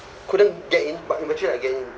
couldn't get in but eventually I get in